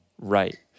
right